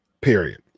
period